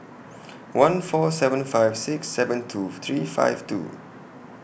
one four seven five six seven two three five two